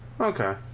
Okay